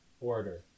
order